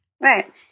Right